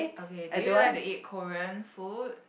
okay do you like to eat Korean food